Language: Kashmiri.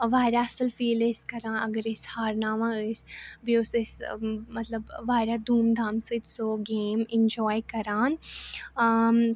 واریاہ اَصٕل فیٖل ٲسۍ کَران اگر أسۍ ہارٕناوان ٲسۍ بیٚیہِ اوس اَسہِ مطلب واریاہ دوٗم دھام سۭتۍ سُہ گیم اِنٛجاے کَران